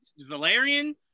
Valerian